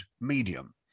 medium